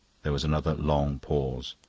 there was another long pause.